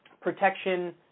protection